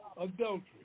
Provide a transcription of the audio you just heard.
adultery